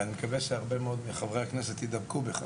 ואני מקווה שהרבה מאוד מחברי הכנסת ידבקו בך.